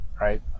right